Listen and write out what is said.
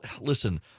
listen